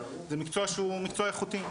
זה מקצוע שהוא איכותי,